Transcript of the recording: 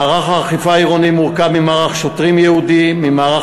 מערך האכיפה העירוני מורכב ממערך שוטרים ייעודי וממערך